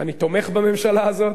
אני תומך בממשלה הזאת,